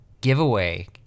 giveaway